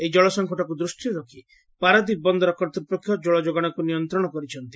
ଏହି ଜଳସଙ୍କଟକୁ ଦୃଷ୍ଷିରେ ରଖ୍ ପାରାଦ୍ୱୀପ ବନ୍ଦର କର୍ତ୍ତୃପକ୍ଷ ଜଳଯୋଗାଣକୁ ନିୟନ୍ତଣ କରିଛନ୍ତି